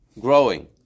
growing